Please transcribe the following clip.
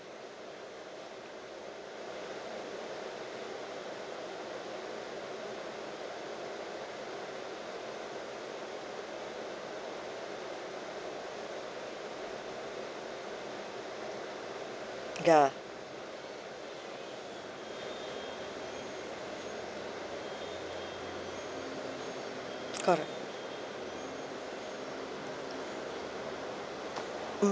ya correct mm